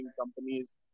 companies